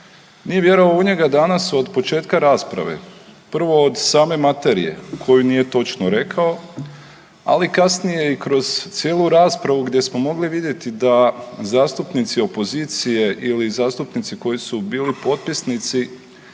Nije vjerovao u njega danas od početka rasprave. Prvo od same materije koju nije točno rekao, ali kasnije i kroz cijelu raspravu gdje smo mogli vidjeti da zastupnici opozicije ili zastupnici koji su bili potpisnici